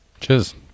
Cheers